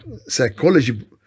psychology